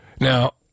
Now